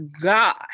God